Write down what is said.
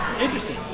Interesting